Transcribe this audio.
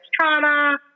trauma